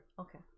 Okay